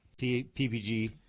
PPG